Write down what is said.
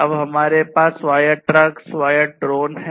अब हमारे पास स्वायत्त ट्रक स्वायत्त ड्रोन हैं